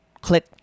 click